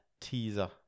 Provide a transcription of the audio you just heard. teaser